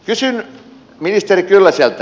kysyn ministeri kyllöseltä